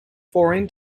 foreign